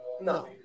No